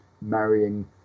marrying